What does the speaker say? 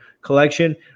collection